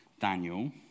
Daniel